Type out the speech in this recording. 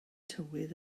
tywydd